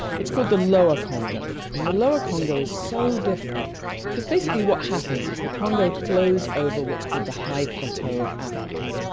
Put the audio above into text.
it's called the lower congo. and the lower congo is so different because basically what happens is the congo flows over what's called the high plateau of africa,